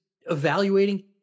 evaluating